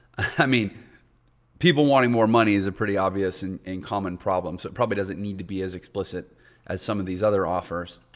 i mean people wanting more money is a pretty obvious and and common problem so it probably doesn't need to be as explicit as some of these other offers.